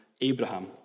Abraham